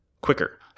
quicker